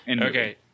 Okay